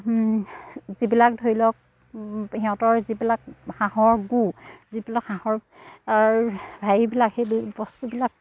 যিবিলাক ধৰি লওক সিহঁতৰ যিবিলাক হাঁহৰ গু যিবিলাক হাঁহৰ হেৰিবিলাক সেই বস্তুবিলাক